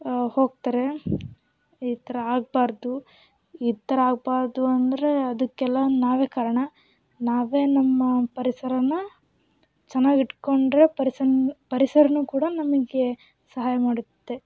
ಹೋಗ್ತಾರೆ ಈ ಥರ ಆಗಬಾರ್ದು ಈ ಥರ ಆಗಬಾರ್ದು ಅಂದರೆ ಅದಕ್ಕೆಲ್ಲ ನಾವೇ ಕಾರಣ ನಾವೇ ನಮ್ಮ ಪರಿಸರನ ಚೆನ್ನಾಗಿ ಇಟ್ಟುಕೊಂಡ್ರೆ ಪರಿಸ ಪರಿಸರನೂ ಕೂಡ ನಮಗೆ ಸಹಾಯ ಮಾಡುತ್ತೆ